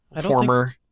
former